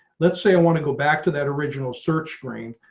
let's say i want to go back to that original search screen.